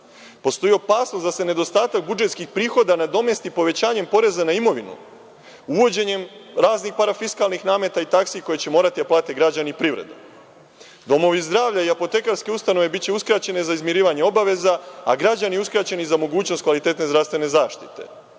Postoji opasnost da se nedostatak budžetskih prihoda nadomesti povećanjem poreza na imovinu uvođenjem raznih parafiskalnih nameta i taksi koje će morati da plate građani i privreda. Domovi zdravlja i apotekarske ustanove biće uskraćene za izmirivanje obaveza, a građani uskraćeni za mogućnost kvalitetne zdravstvene zaštite.